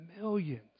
millions